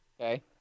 Okay